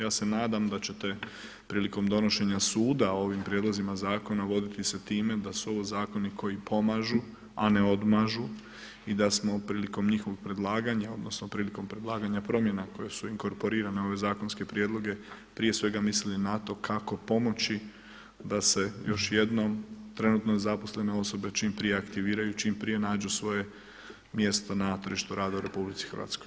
Ja se nadam da ćete prilikom donošenja suda o ovim prijedlozima zakona voditi se time da su ovo zakoni koji pomažu a ne odmažu i da smo prilikom njihovog predlaganja, odnosno prilikom predlaganja promjena koje su inkorporirane u ove zakonske prijedloge prije svega mislili na to kako pomoći da se još jednom trenutno nezaposlene osobe čim prije aktiviraju, čim prije nađu svoje mjesto na tržištu rada u RH.